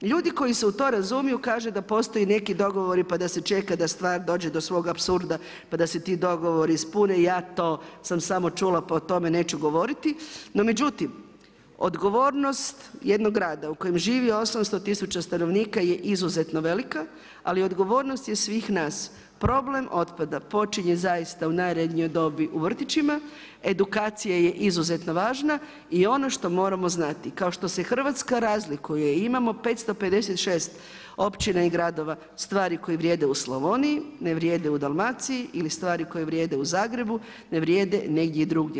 Ljudi koji se u tom razumiju kažu da postoje neki dogovori pa da se čeka da stvar dođe do svog apsurda pa da se ti dogovori ispune, ja to sam samo čula pa o tome neću govoriti, no međutim, odgovornost jednog rada u kojem živi 800000 stanovnika je izuzetno velika, ali odgovornost je svih nas, problem otpada počinje u najranijoj dobi u vrtići, edukacija je izuzetno važna, i ono što moramo znati, kao što se Hrvatska razlikuje, imamo 556 općina i gradova, stvari koje vrijede u Slavoniji, ne vrije u Dalmaciji ili stvari koje vrijede u Zagrebu ne vrijede negdje drugdje.